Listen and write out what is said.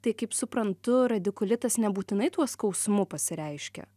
tai kaip suprantu radikulitas nebūtinai tuo skausmu pasireiškia